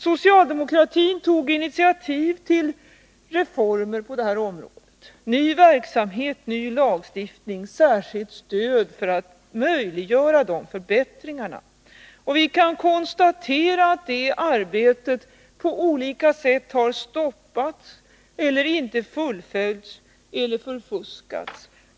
Socialdemokratin tog initiativ till reformer på detta område — ny verksamhet, ny lagstiftning, särskilt stöd för att möjliggöra de önskvärda förbättringarna. Och vi kan konstatera att det arbetet på olika sätt har stoppats eller inte fullföljts eller förfuskats.